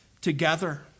together